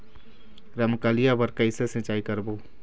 रमकलिया बर कइसे सिचाई करबो?